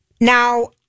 Now